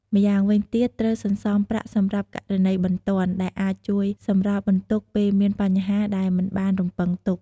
ម្យ៉ាងវិញទៀត ត្រូវសន្សំប្រាក់សម្រាប់ករណីបន្ទាន់ ដែលអាចជួយសម្រាលបន្ទុកពេលមានបញ្ហាដែលមិនបានរំពឹងទុក។